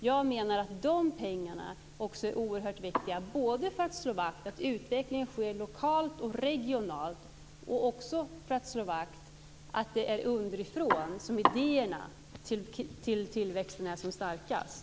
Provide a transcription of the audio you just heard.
Jag menar att de pengarna är oerhört viktiga för att slå vakt om att utvecklingen sker lokalt och regionalt och för att slå fast att det är underifrån som idéerna till tillväxten är som starkast.